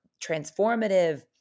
transformative